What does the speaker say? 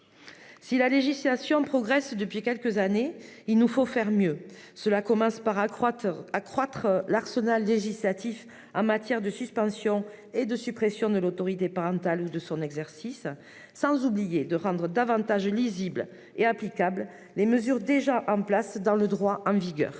Si la législation progresse depuis quelques années, il nous faut faire mieux, d'abord en accroissant l'arsenal législatif en matière de suspension et de suppression de l'autorité parentale ou de son exercice, sans oublier de rendre davantage lisibles et applicables les mesures déjà en place dans le droit en vigueur.